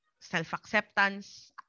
self-acceptance